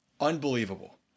unbelievable